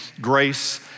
grace